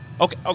Okay